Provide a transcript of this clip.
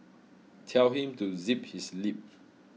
tell him to zip his lip